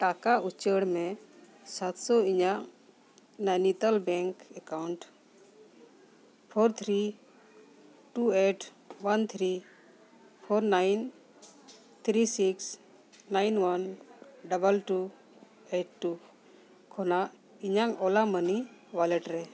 ᱴᱟᱠᱟ ᱩᱪᱟᱹᱲ ᱢᱮ ᱥᱟᱛ ᱥᱚ ᱤᱧᱟᱹᱜ ᱱᱚᱱᱤᱛᱚᱞ bank account four three two eight one three four nine three six nine one double two eight two ᱠᱷᱚᱱᱟᱜ ᱤᱧᱟᱹᱜ ᱳᱞᱟ ᱢᱟᱹᱱᱤ ᱚᱣᱟᱞᱮᱴ ᱨᱮ